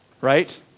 right